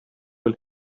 will